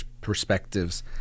perspectives